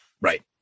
Right